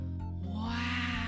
Wow